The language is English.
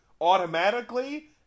automatically